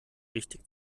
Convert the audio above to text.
richtig